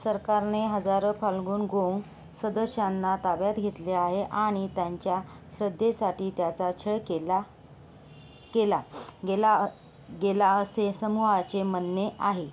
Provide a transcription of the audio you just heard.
सरकारने हजारो Falun Gong सदस्यांना ताब्यात घेतले आहे आणि त्यांच्या श्रद्धेसाठी त्याचा छळ केला केला गेला गेला असे समूहाचे म्हणणे आहे